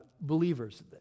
believers